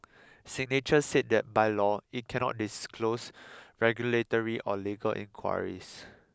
signature said that by law it cannot disclose regulatory or legal inquiries